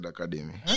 Academy